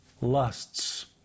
lusts